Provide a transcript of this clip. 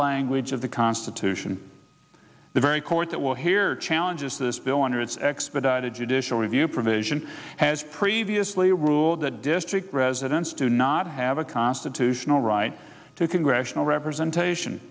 language of the constitution the very court that will hear challenges to this bill under its expedited judicial review provision has previously ruled that district residents do not have a constitutional right to congressional representation